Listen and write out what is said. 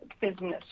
business